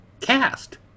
cast